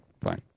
fine